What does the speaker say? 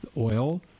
oil